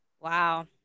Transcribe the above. wow